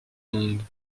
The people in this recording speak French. monde